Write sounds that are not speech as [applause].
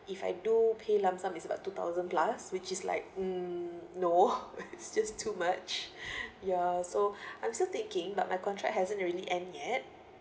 if I do pay lump sum is about two thousand plus which is like mm [laughs] no it's just too much ya so I'm still thinking but my contract hasn't really end yet